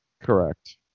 Correct